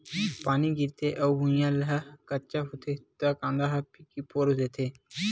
पानी गिरथे अउ भुँइया ह कच्चा होथे त कांदा ह पीकी फोर देथे